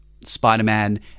Spider-Man